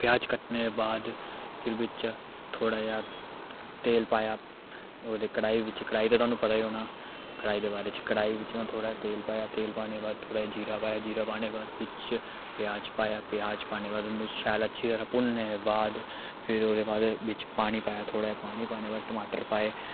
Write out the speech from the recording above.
प्याज कट्टने दे बाद फिर बिच्च थोह्ड़ा जेहा तेल पाया ओह्दे कड़ाही बिच्च कड़ाही ते थोहानू पता गै होना कड़ाई दे बारे च कड़ाई बिच्च में थोह्ड़ा जेहा तेल पाया तेल पाने बाद थोड़ा जेहा जीरा पाया जीरा पाने दे बाद बिच्च प्याज पाया प्याज पाने दे बाद उन्नू शैल अच्छी तरह भुन्नने दे बाद फिर ओह्दे बाद बिच्च पानी पाया थोह्ड़ा जेहा पानी पाने बाद टमाटर पाए